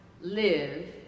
live